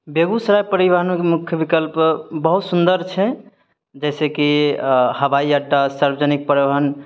बेगुसराय परिवहनक मुख्य बिकल्प बहुत सुन्दर छै जैसेकी हबाइअड्डा सार्वजनिक परिवहन